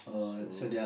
so